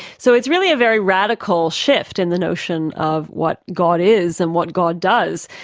so it's really a very radical shift in the notion of what god is and what god does.